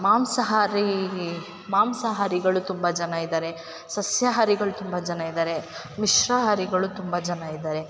ಮಾಂಸಹಾರಿ ಮಾಂಸಹಾರಿಗಳು ತುಂಬ ಜನ ಇದಾರೆ ಸಸ್ಯಹಾರಿಗಳು ತುಂಬ ಜನ ಇದಾರೆ ಮಿಶ್ರಹಾರಿಗಳು ತುಂಬ ಜನ ಇದಾರೆ